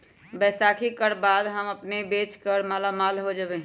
बैसाखी कर बाद हम अपन बेच कर मालामाल हो जयबई